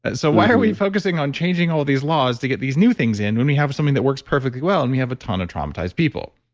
ah so why are we focusing on changing all these laws to get these new things in when we have something that works perfectly well, and we have a ton of traumatized people?